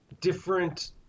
different